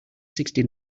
sixty